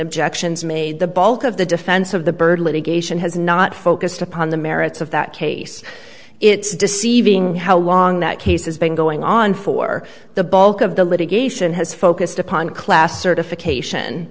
objections made the bulk of the defense of the bird litigation has not focused upon the merits of that case it's deceiving how long that case has been going on for the bulk of the litigation has focused upon class certification